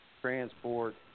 transport